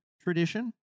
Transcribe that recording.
tradition